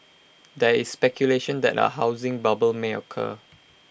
there is speculation that A housing bubble may occur